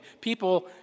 people